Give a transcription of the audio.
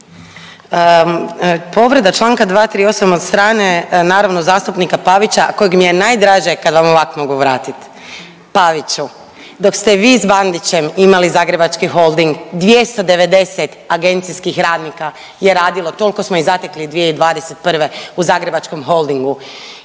Povreda čl. 238. od strane naravno zastupnika Pavića kojeg mi je najdraže kad vam ovak mogu vratit. Paviću, dok ste vi s Bandićem imali Zagrebački holding 290 agencijskih radnika je radilo, tolko smo ih zatekli 2021. u Zagrebačkom holdingu.